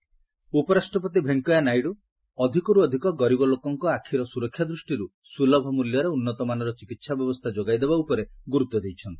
ନାଇଡ଼ୁ ଚେନ୍ନାଇ ଉପରାଷ୍ଟ୍ରପତି ଭେଙ୍କୟା ନାଇଡୁ ଅଧଛକରୁ ଅଧିକ ଗରିବ ଲୋକଙ୍କ ଆଖିର ସୁରକ୍ଷା ଦୃଷ୍ଟିରୁ ସୁଲଭ ମୂଲ୍ୟରେ ଉନ୍ନତମାନର ଚିକିତ୍ସା ବ୍ୟବସ୍ଥା ଯୋଗାଇଦେବା ଉପରେ ଗୁରୁତ୍ୱ ଦେଇଛନ୍ତି